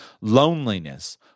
loneliness